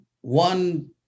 one